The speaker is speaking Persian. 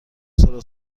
سارا